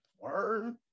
word